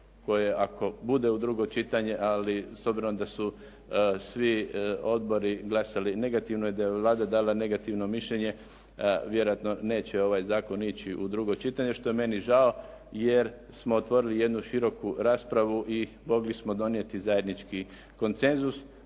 koje ako bude u drugo čitanje ali s obzirom da su svi odbori glasali negativno, da je Vlada dala negativno mišljenje vjerojatno neće ovaj zakon ići u drugo čitanje što je meni žao jer smo otvorili jednu široku raspravu i mogli smo donijeti zajednički konsenzus.